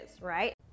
right